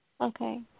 Okay